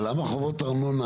אבל למה חובות ארנונה,